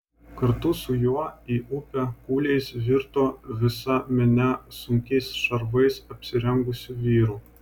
kartu su juo į upę kūliais virto visa minia sunkiais šarvais apsirengusių vyrų